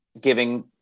giving